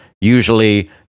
Usually